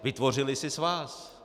Vytvořily si svaz.